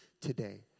today